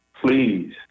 please